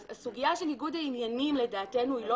אז הסוגיה של ניגוד העניינים לדעתנו היא לא